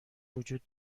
وجود